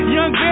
Young